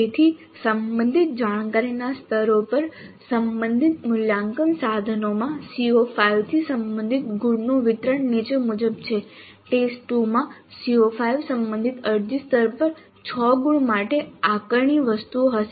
તેથી સંબંધિત જાણકારીના સ્તરો પર સંબંધિત મૂલ્યાંકન સાધનોમાં CO5 થી સંબંધિત ગુણનું વિતરણ નીચે મુજબ છે ટેસ્ટ 2 માં CO5 સંબંધિત અરજી સ્તર પર 6 ગુણ માટે આકારણી વસ્તુઓ હશે